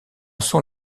sont